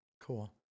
cool